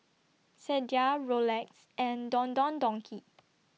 Sadia Rolex and Don Don Donki